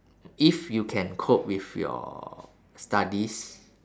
if you can cope with your studies